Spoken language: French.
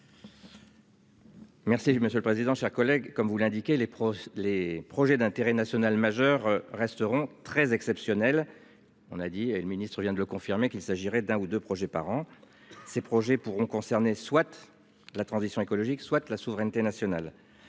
Merci monsieur le président. Chers collègues comme vous l'indiquez, les profs, les projets d'intérêt national majeur resteront très exceptionnel. On a dit et le ministre-vient de le confirmer qu'il s'agirait d'un ou deux projets par an. Ces projets pourront concerner souhaite la transition écologique soit la souveraineté nationale